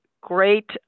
great